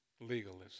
legalism